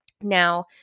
Now